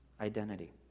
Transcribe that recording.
identity